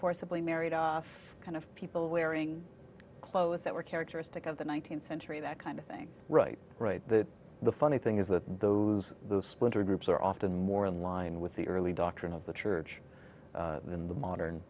forcibly married off kind of people wearing clothes that were characteristic of the nineteenth century that kind of thing right right that the funny thing is that those splinter groups are often more aligned with the early doctrine of the church in the modern